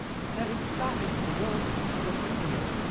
there is famine in the walled cities of india,